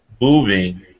moving –